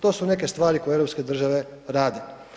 To su neke stvari koje europske države rade.